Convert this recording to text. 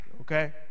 Okay